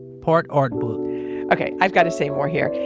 part art book okay. i've got to say more here.